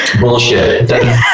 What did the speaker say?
Bullshit